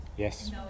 Yes